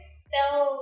spell